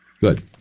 Good